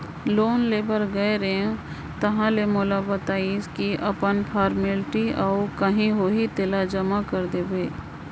loan ले बर गेंव ताहले मोला बताइस की अपन फारमेलटी अउ काही होही तेला जमा कर देबे